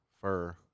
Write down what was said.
fur